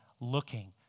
looking